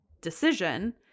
decision